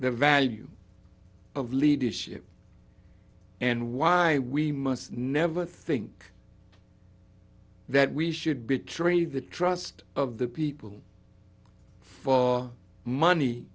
the value of leadership and why we must never think that we should betray the trust of the people for money